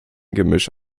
gemisch